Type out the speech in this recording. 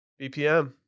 bpm